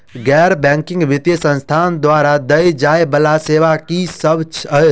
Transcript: गैर बैंकिंग वित्तीय संस्थान द्वारा देय जाए वला सेवा की सब है?